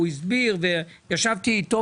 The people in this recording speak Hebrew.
הוא הסביר וישבתי איתו,